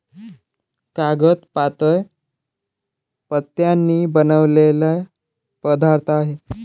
कागद पातळ पत्र्यांनी बनलेला पदार्थ आहे